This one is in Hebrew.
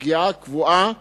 קבועה